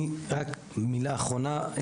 אני, רק מילה אחרונה.